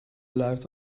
lives